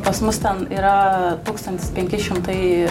pas mus ten yra tūkstantis penki šimtai